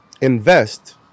invest